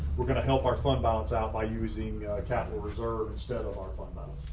we're going to help our fund balance out by using capital reserve instead of our fundamentals.